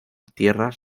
tierras